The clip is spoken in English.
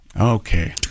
Okay